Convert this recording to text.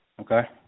Okay